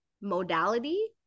modality